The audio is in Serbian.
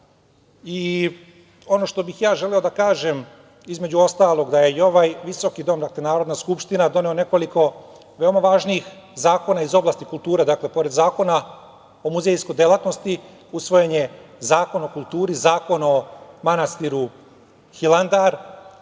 i ono što bih ja želeo da kažem, između ostalog, da je i ovaj visoki dom, dakle Narodna skupština, doneo nekoliko veoma važnih zakona iz oblasti kulture. Dakle, pored Zakona o muzejskoj delatnosti, usvojen je Zakon o kulturi, Zakon o manastiru Hilandar,